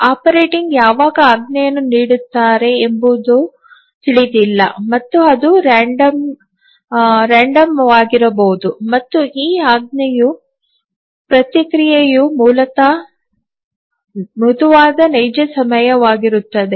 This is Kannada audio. ಆಪರೇಟರ್ ಯಾವಾಗ ಆಜ್ಞೆಯನ್ನು ನೀಡುತ್ತಾರೆ ಎಂಬುದು ತಿಳಿದಿಲ್ಲ ಮತ್ತು ಅದು random ವಾಗಿರಬಹುದು ಮತ್ತು ಈ ಆಜ್ಞೆಯ ಪ್ರತಿಕ್ರಿಯೆಯು ಮೂಲತಃ ಮೃದುವಾದ ನೈಜ ಸಮಯವಾಗಿರುತ್ತದೆ